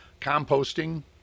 composting